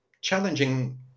challenging